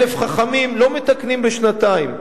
אלף חכמים לא מתקנים בשנתיים.